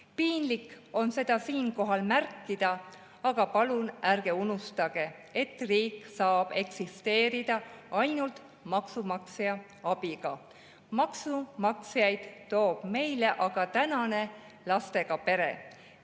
Piinlik on seda siinkohal märkida, aga palun ärge unustage, et riik saab eksisteerida ainult maksumaksja abiga. Maksumaksjaid toob meile aga tänane lastega pere.